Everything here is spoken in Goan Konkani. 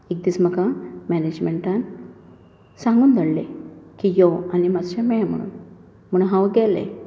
एक दीस म्हाका मॅनेजमँटान सांगून धाडले की यो आनी मातशें मेळ म्हणून म्हूण हांव गेलें